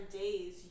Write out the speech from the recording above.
days